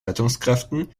rettungskräften